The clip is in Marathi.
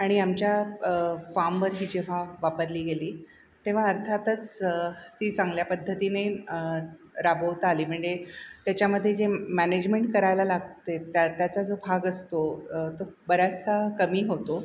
आणि आमच्या फामवर ही जेव्हा वापरली गेली तेव्हा अर्थातच ती चांगल्या पद्धतीने राबवता आली म्हणजे त्याच्यामध्ये जे मॅनेजमेंट करायला लागते त्या त्याचा जो भाग असतो तो बराचसा कमी होतो